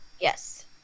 yes